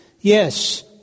Yes